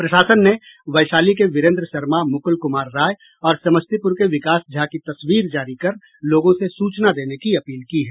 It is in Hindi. प्रशासन ने वैशाली के विरेन्द्र शर्मा मुकुल कुमार राय और समस्तीपुर के विकास झा की तस्वीर जारी कर लोगों से सूचना देने की अपील की है